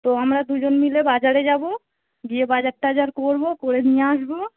তো আমরা দুজন মিলে বাজারে যাব গিয়ে বাজারটা বাজার করব করে নিয়ে আসব